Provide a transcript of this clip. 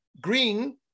green